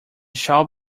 shall